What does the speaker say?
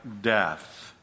death